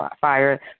fire